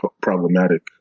problematic